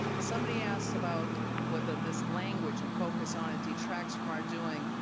somebody asked about whether this language and focus on detracts from our doing.